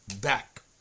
back